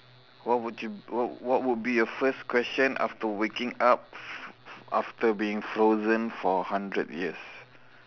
what would you what what would be your first question after waking up f~ f~ after being frozen for hundred years